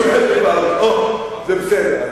או, זה בסדר.